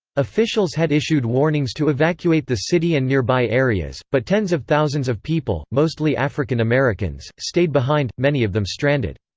officials had issued warnings to evacuate the city and nearby areas, but tens of thousands of people, mostly african americans, stayed behind, many of them stranded.